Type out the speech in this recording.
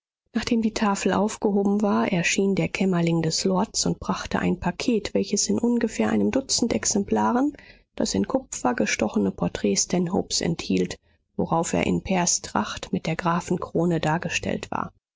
nachdem die tafel aufgehoben war erschien der kämmerling des lords und brachte ein paket welches in ungefähr einem dutzend exemplaren das in kupfer gestochene porträt stanhopes enthielt worauf er in pairstracht mit der grafenkrone dargestellt war